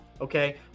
Okay